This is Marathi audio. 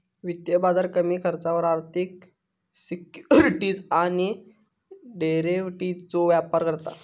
वित्तीय बाजार कमी खर्चावर आर्थिक सिक्युरिटीज आणि डेरिव्हेटिवजचो व्यापार करता